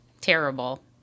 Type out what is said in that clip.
terrible